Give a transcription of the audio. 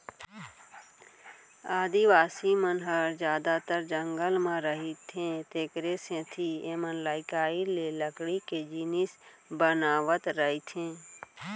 आदिवासी मन ह जादातर जंगल म रहिथे तेखरे सेती एमनलइकई ले लकड़ी के जिनिस बनावत रइथें